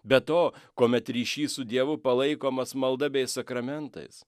be to kuomet ryšys su dievu palaikomas malda bei sakramentais